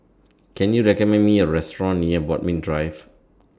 Can YOU recommend Me A Restaurant near Bodmin Drive